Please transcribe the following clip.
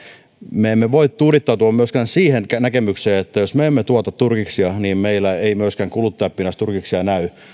me myöskään voi tuudittautua siihen näkemykseen että jos me emme tuota turkiksia niin meillä ei myöskään kuluttajapinnassa turkiksia näy